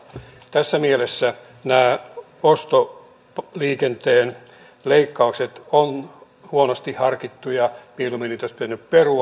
tässä mielessä nämä ostoliikenteen leikkaukset ovat huonosti harkittuja mieluummin niitä olisi pitänyt perua